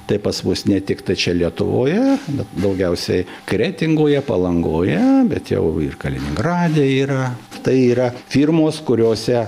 tai pas mus ne tiktai čia lietuvoje bet daugiausiai kretingoje palangoje bet jau ir kaliningrade yra tai yra firmos kuriose